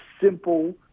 simple